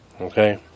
Okay